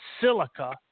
silica